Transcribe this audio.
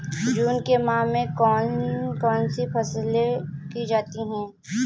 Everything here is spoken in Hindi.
जून के माह में कौन कौन सी फसलें की जाती हैं?